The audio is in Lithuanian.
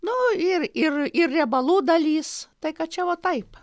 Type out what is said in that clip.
nu ir ir ir riebalų dalis tai kad čia va taip